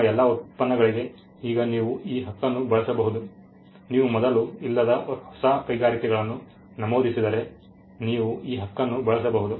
ನಿಮ್ಮ ಎಲ್ಲಾ ಉತ್ಪನ್ನಗಳಿಗೆ ಈಗ ನೀವು ಈ ಹಕ್ಕನ್ನು ಬಳಸಬಹುದು ನೀವು ಮೊದಲು ಇಲ್ಲದ ಹೊಸ ಕೈಗಾರಿಕೆಗಳನ್ನು ನಮೂದಿಸಿದರೆ ನೀವು ಈ ಹಕ್ಕನ್ನು ಬಳಸಬಹುದು